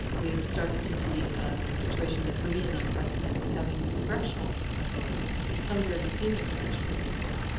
we have started to see a situation that for me is unprecedented, having correctional authorities. some very senior corrections people,